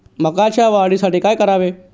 मकाच्या वाढीसाठी काय करावे?